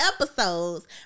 episodes